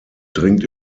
dringt